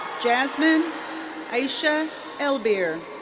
jasmine aisha elbir.